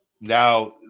now